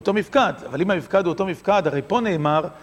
אותו מפקד, אבל אם המפקד הוא אותו מפקד, הרי פה נאמר